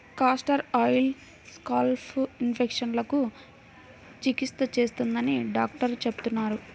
castor oil scalp ఇన్ఫెక్షన్లకు చికిత్స చేస్తుందని డాక్టర్లు చెబుతున్నారు